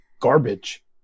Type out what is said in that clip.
garbage